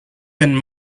been